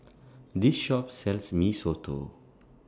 This Shop sells Mee Soto